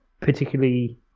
Particularly